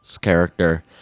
character